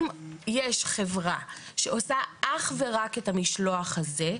אם יש חברה שעושה אך ורק את המשלוח הזה,